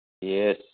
Yes